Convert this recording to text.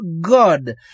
God